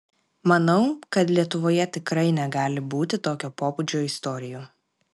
manau kad lietuvoje tikrai negali būti tokio pobūdžio istorijų